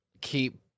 keep